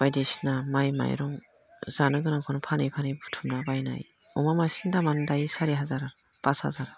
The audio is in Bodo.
बायदिसिना माइ माइरं जानो गोनांखौनो फानै फानै बुथुमना बायनाय अमा मासेनि दामानो दायो सारि हाजार फास हाजार